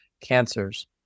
cancers